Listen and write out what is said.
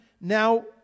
now